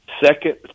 second